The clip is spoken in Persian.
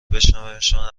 بشنومشان